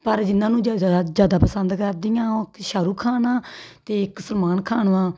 ਪਰ ਜਿਨ੍ਹਾਂ ਨੂੰ ਜ ਜਾ ਜ਼ਿਆਦਾ ਪਸੰਦ ਕਰਦੀ ਹਾਂ ਉਹ ਇਕ ਸ਼ਾਹਰੁਖ ਖਾਨ ਆ ਅਤੇ ਇੱਕ ਸਲਮਾਨ ਖਾਨ ਵਾ